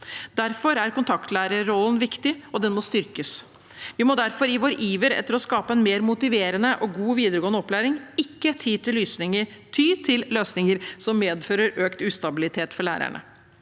Derfor er kontaktlærerrollen viktig, og den må styrkes. Vi må derfor i vår iver etter å skape en mer motiverende og god videregående opplæring ikke ty til løsninger som medfører økt ustabilitet for lærerne.